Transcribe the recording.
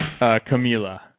Camila